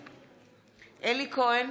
בעד אלי כהן,